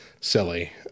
silly